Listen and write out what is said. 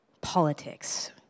politics